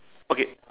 okay